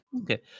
Okay